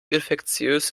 infektiös